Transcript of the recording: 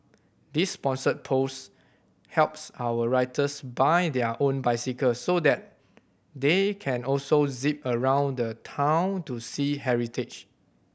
this sponsored post helps our writers buy their own bicycles so that they can also zip around town to see heritage